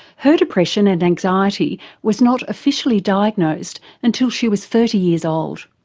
her depression and anxiety was not officially diagnosed until she was thirty years old.